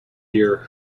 year